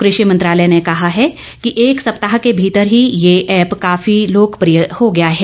कृषि मंत्रालय ने कहा है कि एक सप्ताह के भीतर ही यह ऐप काफी लोकप्रिय हो गया है